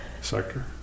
sector